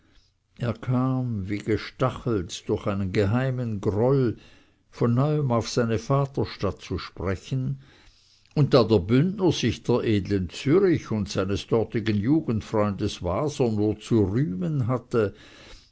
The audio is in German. er kam wie gestachelt durch einen geheimen groll von neuem auf seine vaterstadt zu sprechen und da der bündner sich der edlen zürich und seines dortigen jugendfreundes waser nur zu rühmen hatte